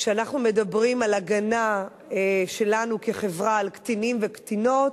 כשאנחנו מדברים על הגנה שלנו כחברה על קטינים וקטינות,